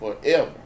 forever